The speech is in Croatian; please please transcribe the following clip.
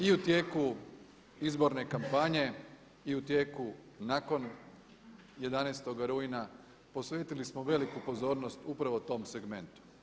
I u tijeku izborne kampanje i u tijeku nakon 11 rujna posvetili smo veliku pozornost upravo tom segmentu.